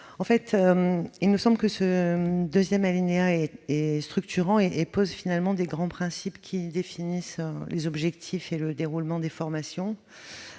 ? Il nous semble que ce deuxième alinéa est structurant et pose de grands principes qui définissent les objectifs et le déroulement des formations.